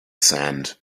sand